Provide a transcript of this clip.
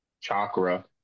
chakra